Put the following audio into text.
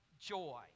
joy